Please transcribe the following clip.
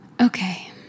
Okay